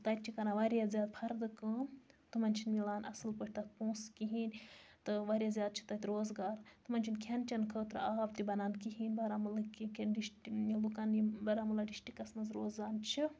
تَتہِ چھِ کَران واریاہ زیادٕ پھَردٕ کٲم تمن چھِنہٕ مِلان اصل پٲٹھۍ تتھ پونٛسہٕ کِہیٖنۍ تہٕ واریاہ زیاد چھ تَتہِ روزگار تمن چھُنہٕ کھیٚن چٮ۪ن خٲطرٕ آب تہِ بَنان کِہیٖنۍ بارامُلہِکہ کٮ۪ن ڈِشٹ لُکَن یِم بارامُلا ڈِشٹِکَس مَنٛز روزان چھِ